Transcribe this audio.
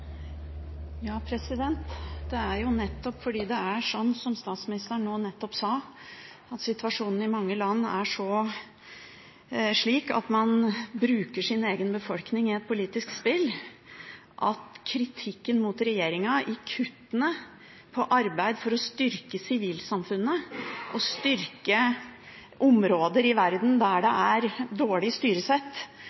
jo nettopp fordi, som statsministeren nå nettopp sa, at situasjonen i mange land er slik at man bruker sin egen befolkning i et politisk spill, at det er kritikk mot regjeringen når det gjelder kuttene i arbeid for å styrke sivilsamfunnene og styrke områder i verden der det er dårlig styresett,